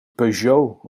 peugeot